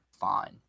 fine